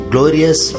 Glorious